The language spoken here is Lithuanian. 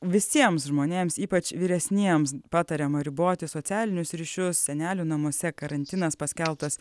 visiems žmonėms ypač vyresniems patariama riboti socialinius ryšius senelių namuose karantinas paskelbtas